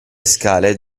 scale